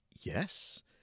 Yes